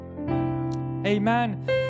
Amen